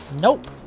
Nope